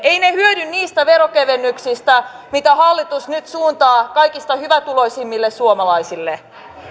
eivät he hyödy niistä veronkevennyksistä mitä hallitus nyt suuntaa kaikista hyvätuloisimmille suomalaisille